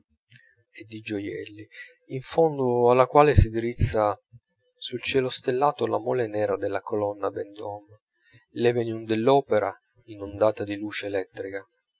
e di gioielli in fondo alla quale si drizza sul cielo stellato la mole nera della colonna vendme l'avenue dell'opéra inondata di luce elettrica